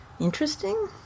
interesting